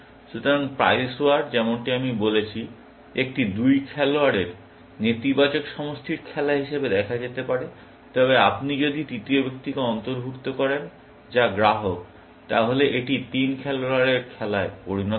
সুতরাং price war যেমনটি আমি বলেছি একটি দুই খেলোয়াড়ের নেতিবাচক সমষ্টির খেলা হিসাবে দেখা যেতে পারে তবে আপনি যদি তৃতীয় ব্যক্তিকে অন্তর্ভুক্ত করেন যা গ্রাহক তাহলে এটি তিন খেলোয়াড়ের খেলায় পরিণত হয়